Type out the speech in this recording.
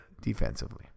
defensively